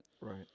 Right